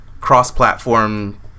cross-platform